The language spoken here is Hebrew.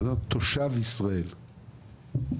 תושב ישראל,